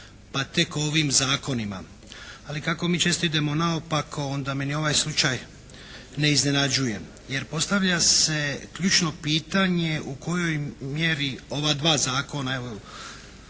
pa tek o ovim zakonima. Ali kako mi često idemo naopako onda me ni ovaj slučaj ne iznenađuje. Jer postavlja se ključno pitanje u kojoj mjeri ova dva zakona